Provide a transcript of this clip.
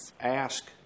ask